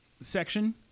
section